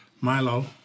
Milo